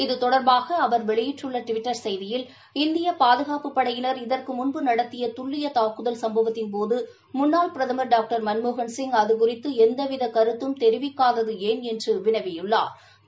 இது தொடா்பாக அவா் வெளியிட்டுள்ள தமது டுவிட்டா் செய்தியில் இந்திய பாதுகாப்பப் படையினா் இதற்கு முன்பட் நடத்திய துல்லிய தாக்குதல் சம்பவத்தின்போது முன்னாள் பிரதமா் டாக்டா் மன்மோகன்சிங் ன து கு றித்து எந்தவித கருத்தும் தொிவிக்காதது ஏன் எள்று வினவிய ள்ளாாட்ட்